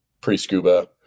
pre-scuba